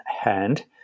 hand